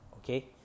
Okay